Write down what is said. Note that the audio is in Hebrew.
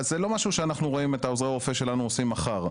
אז זה לא משהו שאנחנו רואים את עוזרי הרופא שלנו עושים מחר,